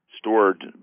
stored